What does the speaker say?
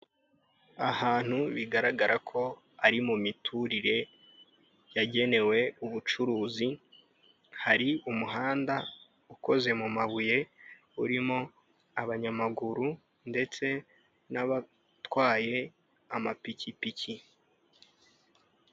Ahantu bigaragara ko ari mu miturire yagenewe ubucuruzi, hari umuhanda ukoze mu mabuye urimo abanyamaguru ndetse n'abatwaye amapikipiki.